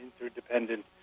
interdependent